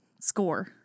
score